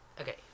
Okay